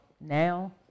now